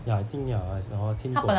ya I think 要还是什么我听过